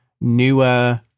newer